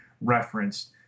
referenced